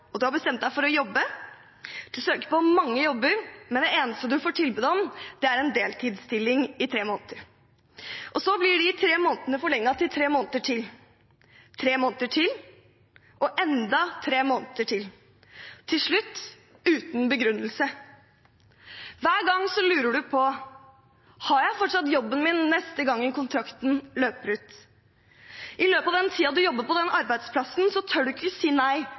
og du har bestemt deg for å jobbe. Du søker på mange jobber, men den eneste du får tilbud om, er en deltidsstilling i tre måneder. Så blir de tre månedene forlenget til tre måneder til, tre måneder til og enda tre måneder til – til slutt uten begrunnelse. Hver gang lurer du på: Har jeg fortsatt jobben min neste gang kontrakten løper ut? I løpet av den tiden du jobber på den arbeidsplassen, tør du ikke si nei